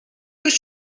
was